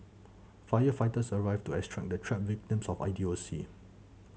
firefighters arrived to extract the trapped victims of idiocy